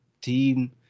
team –